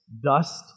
dust